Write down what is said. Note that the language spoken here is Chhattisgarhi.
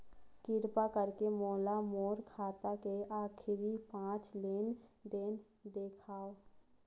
किरपा करके मोला मोर खाता के आखिरी पांच लेन देन देखाव